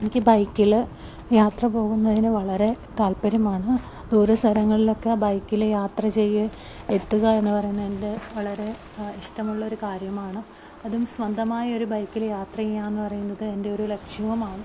എനിക്ക് ബൈക്കില് യാത്ര പോകുന്നതിന് വളരെ താല്പര്യമാണ് ദൂരസ്ഥങ്ങളിലൊക്കെ ബൈക്കില് യാത്ര ചെയ്ത് എത്തുകയെന്ന് പറയുന്നത് എന്റെ വളരെ ഇഷ്ടമുള്ളൊരു കാര്യമാണ് അതും സ്വന്തമായൊരു ബൈക്കില് യാത്ര ചെയ്യുകയെന്ന് പറയുന്നത് എൻ്റെ ഒരു ലക്ഷ്യവുമാണ്